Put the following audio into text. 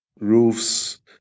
Roofs